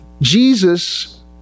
Jesus